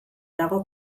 dago